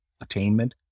attainment